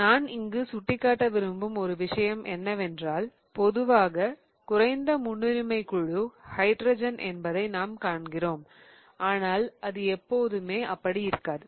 நான் இங்கு சுட்டிக்காட்ட விரும்பும் ஒரு விஷயம் என்னவென்றால் பொதுவாக குறைந்த முன்னுரிமைக் குழு ஹைட்ரஜன் என்பதை நாம் காண்கிறோம் ஆனால் அது எப்போதுமே அப்படி இருக்காது